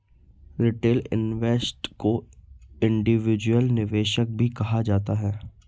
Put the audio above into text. retail investor को individual निवेशक भी कहा जाता है